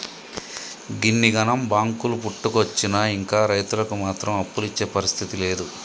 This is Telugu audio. గిన్నిగనం బాంకులు పుట్టుకొచ్చినా ఇంకా రైతులకు మాత్రం అప్పులిచ్చే పరిస్థితి లేదు